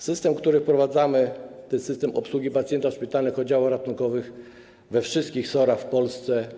System, który wprowadzamy, jest systemem obsługi pacjenta w szpitalnych oddziałach ratunkowych we wszystkich SOR-ach w Polsce.